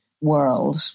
world